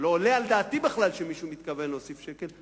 שלא עולה על דעתי בכלל שמישהו מתכוון להוסיף שקל,